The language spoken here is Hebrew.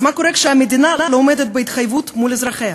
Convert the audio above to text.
אז מה קורה כשהמדינה לא עומדת בהתחייבות מול אזרחיה?